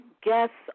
guests